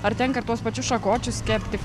ar tenka ir tuos pačius šakočius kepti